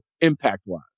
impact-wise